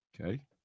Okay